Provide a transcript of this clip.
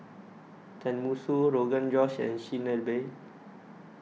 Tenmusu Rogan Josh and Chigenabe